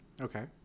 Okay